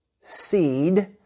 seed